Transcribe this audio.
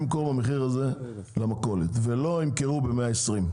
אז הם יהיו חייבים למכור במחיר הזה למכולת ולא ב-120 שקלים.